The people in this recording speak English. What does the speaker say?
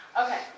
Okay